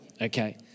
okay